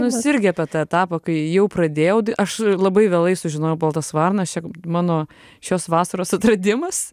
nu jis irgi apie tą etapą kai jau pradėjau aš labai vėlai sužinojau baltas varnas čia mano šios vasaros atradimas